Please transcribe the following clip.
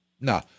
No